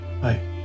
Hi